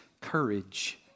courage